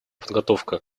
подготовка